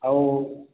ହଉ